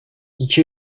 i̇ki